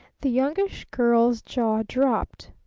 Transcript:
the youngish girl's jaw dropped.